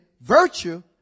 virtue